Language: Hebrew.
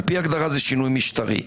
לפי הגדרה, זו שינוי משטרי.